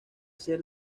ser